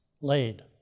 laid